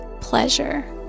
pleasure